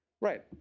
Right